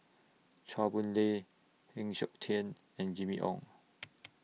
Chua Boon Lay Heng Siok Tian and Jimmy Ong